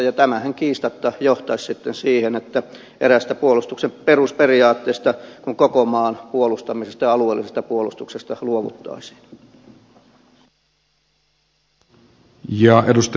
tämähän kiistatta johtaisi sitten siihen että eräästä puolustuksen perusperiaatteesta koko maan puolustamisesta ja alueellisesta puolustuksesta luovuttaisiin